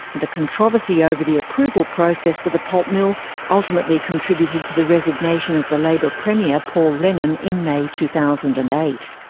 the controversy over the approval process for the pulp mill ultimately contributed to the resignation of the labor premier paul lennon in may two thousand and eight.